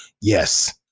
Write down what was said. yes